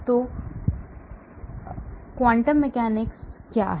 H ψ E ψ तो quantum यांत्रिकी क्या है